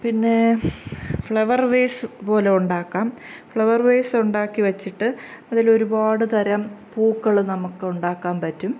പിന്നെ flower vase പോലെ ഉണ്ടാക്കാം ഫ്ലവർ വേസ് ഉണ്ടാക്കി വെച്ചിട്ട് അതില് ഒരുപാട് തരം പൂക്കള് നമുക്ക് ഉണ്ടാക്കാൻ പറ്റും